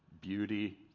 beauty